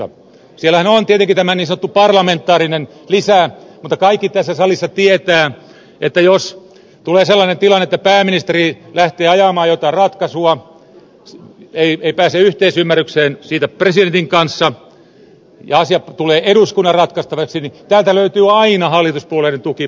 perustuslain muutosesityksessähän on tietenkin tämä niin sanottu parlamentaarinen lisä mutta kaikki tässä salissa tietävät että jos tulee sellainen tilanne että pääministeri lähtee ajamaan jotain ratkaisua ei pääse yhteisymmärrykseen siitä presidentin kanssa ja asia tulee eduskunnan ratkaistavaksi niin täältä löytyy aina hallituspuolueiden tuki pääministerille